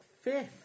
fifth